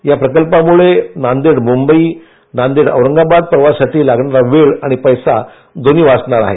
याप्रकल्पामुळे नांदेड मुंबई नांदेड औरंगाबाद प्रवासासाठी लागणार वेळ आणि पैसा दोन्ही वाचणार आहेत